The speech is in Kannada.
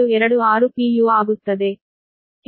u ಆಗುತ್ತದೆ